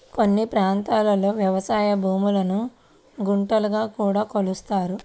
కొన్ని ప్రాంతాల్లో వ్యవసాయ భూములను గుంటలుగా కూడా కొలుస్తారు